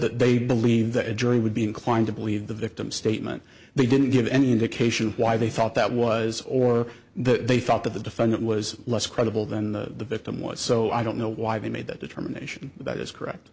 that they believe that a jury would be inclined to believe the victim's statement they didn't give any indication why they thought that was or they thought that the defendant was less credible than the victim was so i don't know why they made that determination that is correct